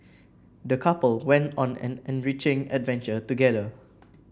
the couple went on an enriching adventure together